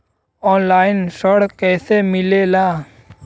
Online ऋण कैसे मिले ला?